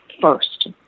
first